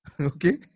Okay